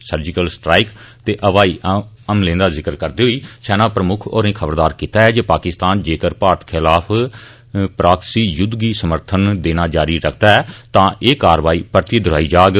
surgical strike ते हवाई हमलें दा जिक्र करदे होई सेना प्रमुक्ख होरें खबरदार कीता ऐ जे पाकिस्तान जेकर भारत खिलाफ प्राक्सी युद्ध गी समर्थन देना जारी रक्खदा ऐ तां एह कारवाई परतियै दौहराई जाग